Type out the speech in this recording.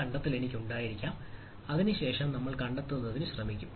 കണ്ടെത്തൽ എനിക്ക് ഉണ്ടായിരിക്കാം അതിനുശേഷം നമ്മൾ നേരത്തെ കണ്ടെത്തുന്നതിന് ശ്രമിക്കും